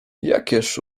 jakież